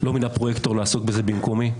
לא מינה פרויקטור לעסוק בזה במקומי.